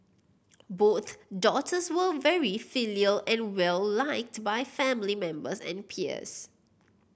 both daughters were very filial and well liked to by family members and peers